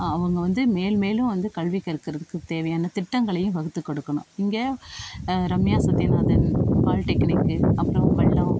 அவங்க வந்து மேல்மேலும் வந்து கல்வி கற்கிறதுக்கு தேவையான திட்டங்களையும் வகுத்து கொடுக்கணும் இங்கே ரம்யா சத்தியநாதன் பாலிடெக்னிக் இருக்குது அப்புறம் பள்ளம்